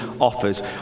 offers